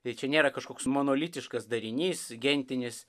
tai čia nėra kažkoks monolitiškas darinys gentinis